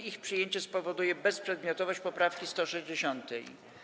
Ich przyjęcie spowoduje bezprzedmiotowość poprawki 160.